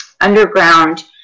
underground